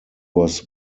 was